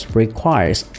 requires